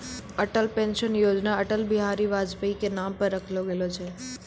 Atal pension Yojana Atal Bihari Vajpayee के नाम पर रखलो गेलो छै